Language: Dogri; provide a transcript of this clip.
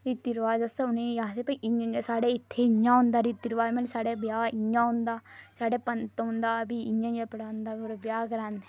रीति रिवाज असें उ'नें गी आखदे भाई इ'यां इ'यां साढ़े इत्थै इ'यां होंदा रीति रिवाज मतलब साढ़े ब्याह होऐ इ'यां होंदा साढ़े पंत औंदा फ्ही इ'यां इ'यां पढ़ांदा और ब्याह् करांदा